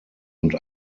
und